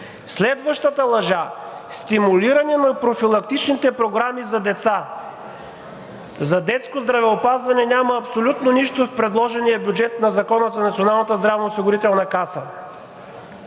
Следващата лъжа – стимулиране на профилактичните програми за деца. За детско здравеопазване няма абсолютно нищо в предложения бюджет на Закона за Националната здравноосигурителна каса.